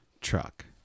truck